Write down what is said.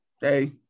Hey